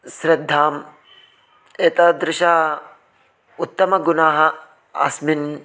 श्रद्धाम् एतादृश उत्तमगुणाः अस्मिन्